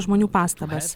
žmonių pastabas